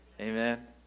Amen